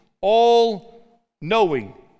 all-knowing